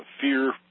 Fear